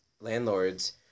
landlords